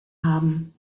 haben